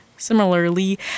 similarly